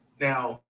Now